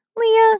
Leah